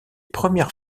premières